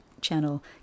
channel